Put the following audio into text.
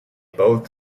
both